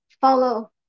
follow